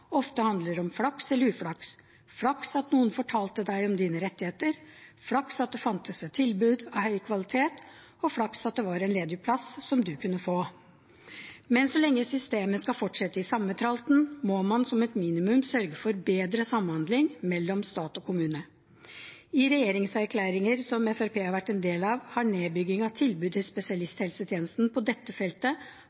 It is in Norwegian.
ofte handler om flaks eller uflaks – flaks at noen fortalte deg om dine rettigheter, flaks at det fantes et tilbud av høy kvalitet, og flaks at det var en ledig plass som du kunne få. Men så lenge systemet skal fortsette i samme tralten, må man som et minimum sørge for bedre samhandling mellom stat og kommune. I regjeringserklæringer som Fremskrittspartiet har vært en del av, har nedbygging av